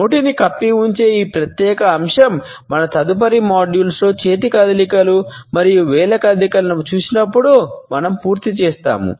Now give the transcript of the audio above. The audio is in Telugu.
నోటిని కప్పి ఉంచే ఈ ప్రత్యేక అంశం మన తదుపరి మాడ్యూళ్ళలో చేతి కదలికలు మరియు వేలు కదలికలను చూసినప్పుడు మేము పూర్తి చేస్తాము